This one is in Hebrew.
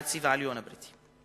הנציב העליון הבריטי.